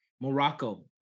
Morocco